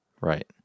right